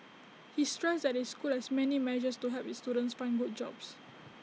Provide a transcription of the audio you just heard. he stressed that his school has many measures to help its students find good jobs